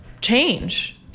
change